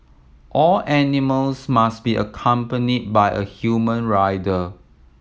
all animals must be accompanied by a human rider